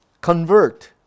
convert